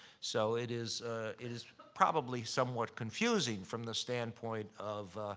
so it is is probably somewhat confusing from the standpoint of,